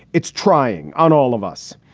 it's trying on all of us.